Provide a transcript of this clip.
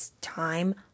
time